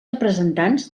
representants